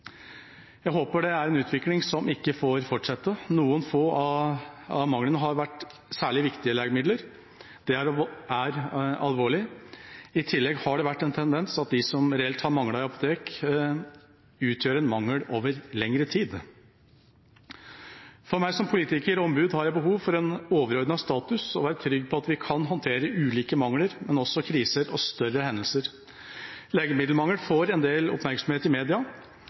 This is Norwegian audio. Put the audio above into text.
Jeg håper det er en utvikling som ikke får fortsette. Noen få av manglene har vært særlig viktige legemidler – det er alvorlig. I tillegg har det vært en tendens at de som reelt har manglet i apotek, utgjør en mangel over lengre tid. Jeg har som politiker og ombud behov for en overordnet status, og å være trygg på at vi kan håndtere ulike mangler, men også kriser og større hendelser. Legemiddelmangel får en del oppmerksomhet i media.